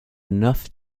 enough